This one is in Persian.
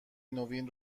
نوین